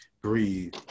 breathe